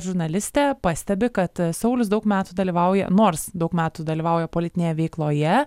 žurnalistė pastebi kad saulius daug metų dalyvauja nors daug metų dalyvauja politinėje veikloje